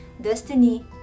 Destiny